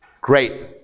Great